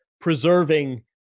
preserving